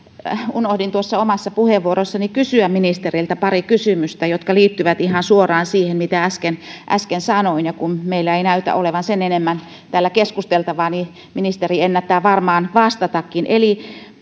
unohdin omassa puheenvuorossani kysyä ministeriltä pari kysymystä jotka liittyvät ihan suoraan siihen mitä äsken äsken sanoin ja kun meillä ei näytä olevan sen enempää täällä keskusteltavaa niin ministeri ennättää varmaan vastatakin eli